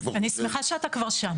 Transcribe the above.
אני שמחה שאתה כבר שם.